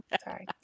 sorry